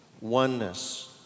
oneness